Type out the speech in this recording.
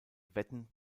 wetten